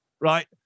right